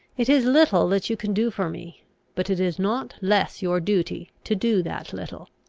it is little that you can do for me but it is not less your duty to do that little.